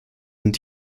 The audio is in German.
sind